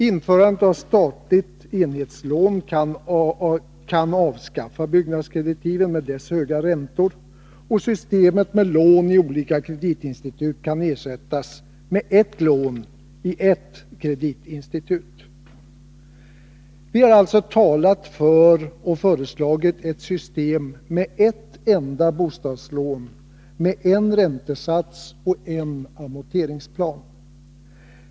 Införandet av statligt enhetslån kan avskaffa byggnadskreditiven med deras höga räntor, och systemet med lån i de olika kreditinstituten kan ersättas med ert lån i ett kreditinstitut. Vi har alltså talat för och föreslagit ett system med ert enda bostadslån med en räntesats och en amorteringsplan.